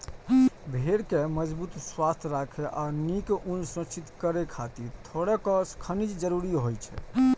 भेड़ कें मजबूत, स्वस्थ राखै आ नीक ऊन सुनिश्चित करै खातिर थोड़ेक खनिज जरूरी होइ छै